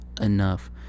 enough